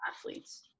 athletes